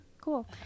Cool